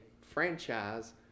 franchise